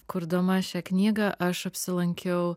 kurdama šią knygą aš apsilankiau